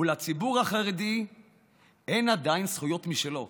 ולציבור החרדי אין עדיין זכויות משלו,